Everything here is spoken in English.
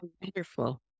wonderful